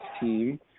team